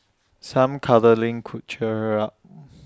some cuddling could cheer her up